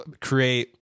create